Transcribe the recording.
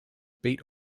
beat